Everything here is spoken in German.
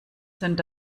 sind